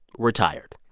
we're tired